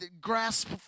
grasp